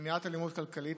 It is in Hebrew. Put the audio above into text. (מניעת אלימות כלכלית),